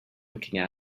looking